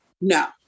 No